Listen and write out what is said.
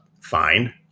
fine